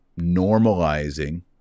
normalizing